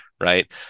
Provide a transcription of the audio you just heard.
right